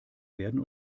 werden